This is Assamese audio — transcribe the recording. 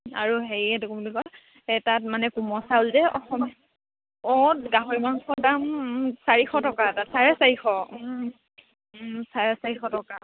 আৰু হেৰি এইটো কি বুলি কয় এই তাত মানে কোমল চাউল যে অসম অঁ গাহৰি মাংস দাম চাৰিশ টকা তাত চাৰে চাৰিশ চাৰে চাৰিশ টকা